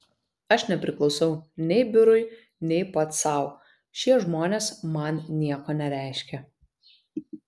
aš nepriklausau nei biurui nei pats sau šie žmonės man nieko nereiškia